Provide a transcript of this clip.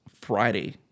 Friday